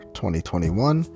2021